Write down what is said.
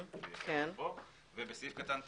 התיקון השלישי יהיה בסעיף קטן (ט).